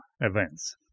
events